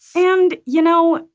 and, you know,